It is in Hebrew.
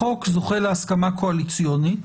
החוק זוכה להסכמה קואליציונית,